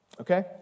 Okay